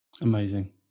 Amazing